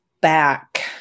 back